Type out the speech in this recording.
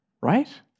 right